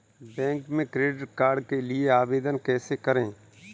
Bank में credit card के लिए आवेदन कैसे करें?